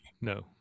no